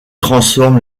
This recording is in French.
transforme